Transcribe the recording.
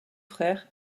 frères